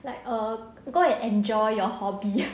like err go and enjoy your hobby